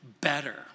better